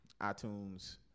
iTunes